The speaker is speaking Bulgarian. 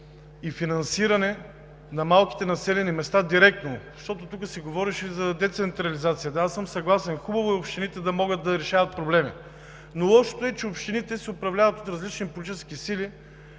и финансиране на малките населени места директно, защото тук се говореше за децентрализация. Да, аз съм съгласен, хубаво е общините да могат да решават проблеми, но лошото е, че общините се управляват от различни политически сили.